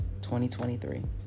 2023